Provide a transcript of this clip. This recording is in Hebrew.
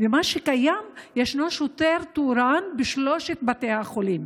ומה שקיים, יש שוטר תורן בשלושת בתי החולים.